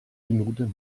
minuten